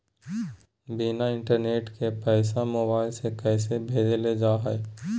बिना इंटरनेट के पैसा मोबाइल से कैसे भेजल जा है?